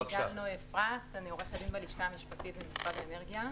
אני עורכת-דין בלשכה המשפטית במשרד האנרגיה.